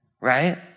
right